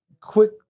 Quick